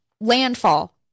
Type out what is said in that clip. landfall